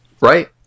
Right